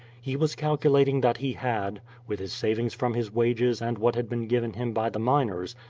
he was calculating that he had, with his savings from his wages and what had been given him by the miners,